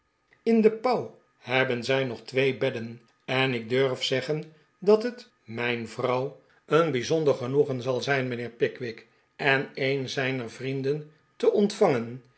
in de pauw hebben zij nog twee bedden en ik durf zeaqen dat het mijn vrouw een bijzonder genoegen zal zijn mijnheer pickwick en een zijner vrienden te ontvangen